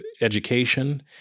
education